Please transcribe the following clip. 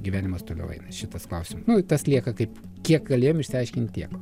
gyvenimas toliau eina šitas klausimas nu tas lieka kaip kiek galėjom išsiaiškint tiek